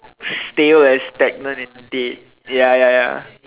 stay where it is stagnant and dead ya ya ya